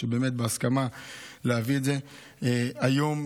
שבאמת בהסכמה מביאים את זה היום,